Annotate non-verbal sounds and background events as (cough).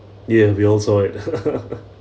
ya we also right (laughs)